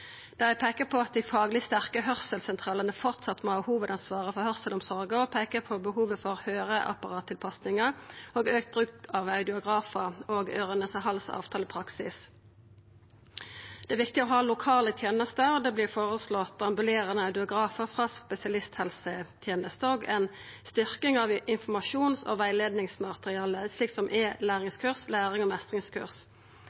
Dei peiker på at dei fagleg sterke høyrselssentralane framleis må ha hovudansvaret for høyrselsomsorga, og på behovet for tilpassing av høyreapparat og meir bruk av audiografar og øyre-nase-hals-avtalepraksis. Det er viktig å ha lokale tenester, og det vert føreslått ambulerande audiografar, fast spesialisthelseteneste og ei styrking av informasjons- og rettleiingsmateriell, som e-læringskurs og lærings- og meistringskurs. Det vert òg anbefalt systematiske etterkontrollar. Rapporten viser at det er